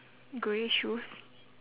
grey shoes